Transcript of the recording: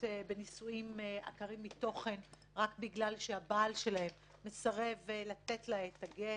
בנישואין עקרים מתוכן רק בגלל שהבעל שלהן מסרב לתת להן את הגט.